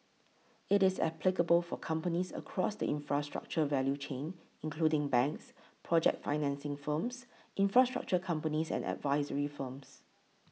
it is applicable for companies across the infrastructure value chain including banks project financing firms infrastructure companies and advisory firms